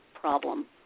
problem